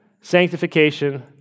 sanctification